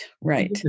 right